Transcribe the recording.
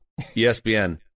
ESPN